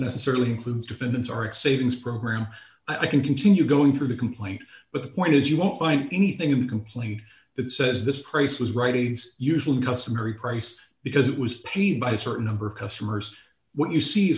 certainly includes defendants are it savings program i can continue going through the complaint but the point is you won't find anything in complaint that says this price was right he's usually customary price because it was paid by a certain number of customers what you see